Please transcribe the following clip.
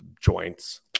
joints